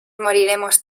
moriremos